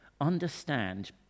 understand